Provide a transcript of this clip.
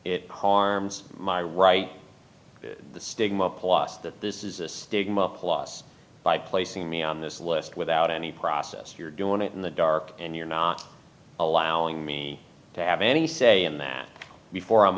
it harms my right the stigma plus that this is a stigma plus by placing me on this list without any process you're doing it in the dark and you're not allowing me to have any say in that before i'm